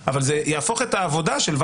אבל הוא מיוזמתו רוצה לעסוק בזה,